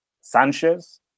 Sanchez